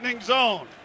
zone